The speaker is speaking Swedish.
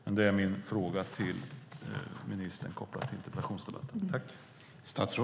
Detta är min fråga till ministern som är kopplad till interpellationsdebatten.